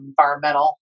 environmental